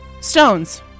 Stones